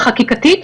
החקיקתית.